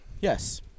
Yes